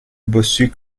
bossu